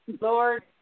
Lord